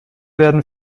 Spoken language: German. werden